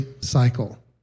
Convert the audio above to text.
cycle